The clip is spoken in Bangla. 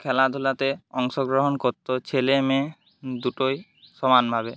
খেলাধুলাতে অংশগ্রহণ করতো ছেলেমেয়ে দুটোই সমান ভাবে